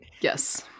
Yes